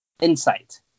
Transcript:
Insight